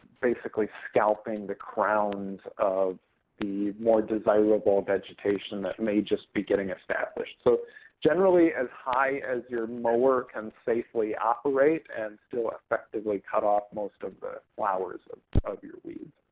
basically scalping the crowns of the more desirable vegetation that may just be getting established. so generally as high as your mower can safely operate and still effectively cut off most of the flowers of of your weed.